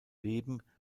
leben